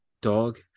dog